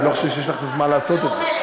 אני לא חושב שיש לך זמן לעשות את זה.